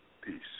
Peace